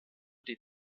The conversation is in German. die